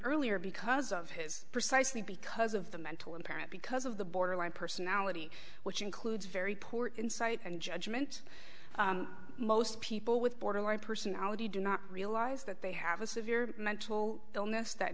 earlier because of his precisely because of the mental impairment because of the borderline personality which includes very poor insight and judgment most people with borderline personality do not realize that they have a severe mental illness that